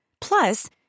Plus